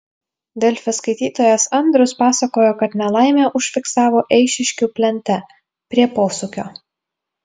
delfi skaitytojas andrius pasakojo kad nelaimę užfiksavo eišiškių plente prie posūkio